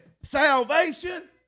Salvation